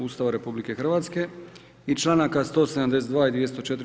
Ustava RH i članaka 172. i 204.